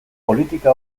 politika